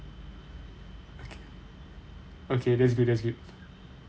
okay that's good that's good